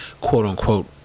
quote-unquote